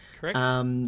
Correct